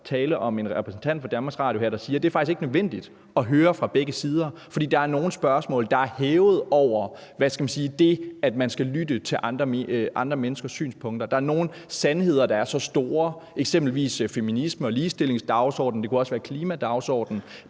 tale om en repræsentant for DR, der sagde, at det faktisk ikke er nødvendigt at høre begge sider, fordi der er nogle spørgsmål, der er hævet over – hvad skal man sige – det, at man skal lytte til andre menneskers synspunkter. Der er nogle sandheder, der er så store – sandheden om, hvad der er rigtigt og forkert; eksempelvis i feminisme- og ligestillingsdagsordenen, og det kunne også være klimadagsordenen